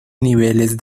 niveles